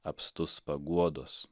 apstus paguodos